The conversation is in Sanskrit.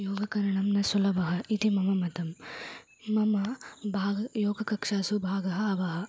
योगकरणं न सुलभः इति मम मतं मम भाग् योगकक्षासु भागः अवः